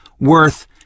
worth